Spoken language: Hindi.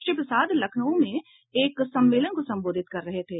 श्री प्रसाद लखनऊ में एक सम्मेलन को संबोधित कर रहे थे